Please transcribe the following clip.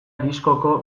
diskoko